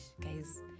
guys